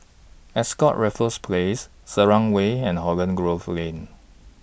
Ascott Raffles Place Selarang Way and Holland Grove Lane